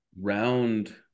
round